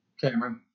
Cameron